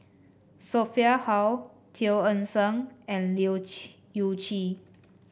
Sophia Hull Teo Eng Seng and Leu Chye Yew Chye